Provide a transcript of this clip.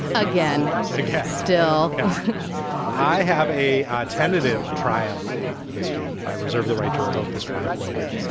again? i guess still i have a tentative triumph this week. i reserve the right to revoke this triumph later,